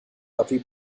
buffy